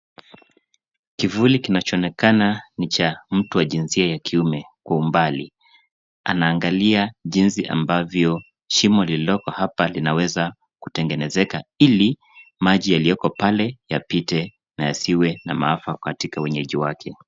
Kivuli kinachoonekana ni cha mtu wa jinsia ya kiume kwa umbali anaangalia jinsi ambavyo shimo lililopo hapa linaweza kutengenezeka ili maji yaliyopo pale yapite na yasiwe na maafa katika wenyeji wake.